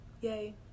Yay